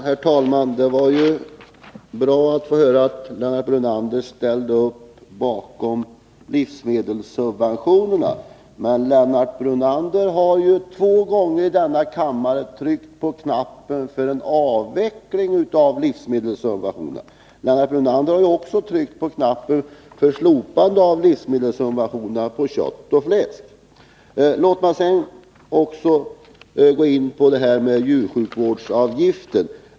Herr talman! Det var bra att vi fick höra att Lennart Brunander ställer sig bakom livsmedelssubventionerna. Men Lennart Brunander har två gånger i denna kammare tryckt på knappen för en avveckling av dessa subventioner. Han har också tryckt på knappen för ett slopande av livsmedelssubventionerna på kött och fläsk. Låt mig sedan gå in på djursjukvårdsavgiften.